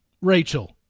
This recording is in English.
Rachel